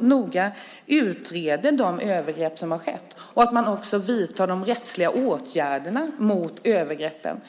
noga utreder de övergrepp som har skett och att man också vidtar rättsliga åtgärder mot dem som begått övergreppen.